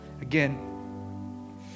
Again